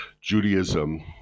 Judaism